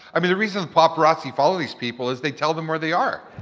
i mean the reason the paparazzi follow these people is they tell them where they are.